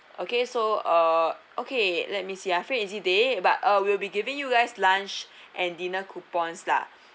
okay so uh okay let me see ah free and easy day but uh we'll be giving you guys lunch and dinner coupons lah